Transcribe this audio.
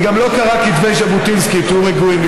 היא גם לא קראה כתבי ז'בוטינסקי, תהיו רגועים.